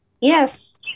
Yes